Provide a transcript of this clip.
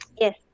Yes